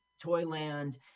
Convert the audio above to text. Toyland